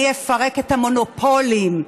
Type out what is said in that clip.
אני אפרק את המונופולים,